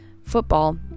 football